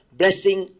blessing